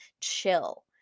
chill